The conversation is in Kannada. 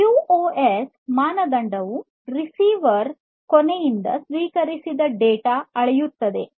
ಕ್ಯೂಒಎಸ್ ಮಾನದಂಡವು ರಿಸೀವರ್ ಕೊನೆಯಲ್ಲಿ ಸ್ವೀಕರಿಸಿದ ಡೇಟಾ ಅಳೆಯುತ್ತದೆ